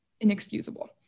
inexcusable